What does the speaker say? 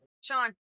Sean